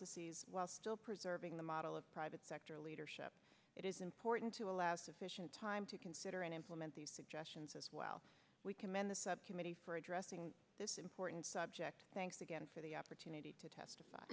process while still preserving the model of private sector leadership it is important to allow sufficient time to consider and implement these suggestions as well we commend the subcommittee for addressing this important subject thanks again for the opportunity to testify